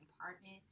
apartment